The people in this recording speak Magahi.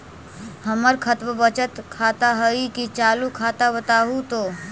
हमर खतबा बचत खाता हइ कि चालु खाता, बताहु तो?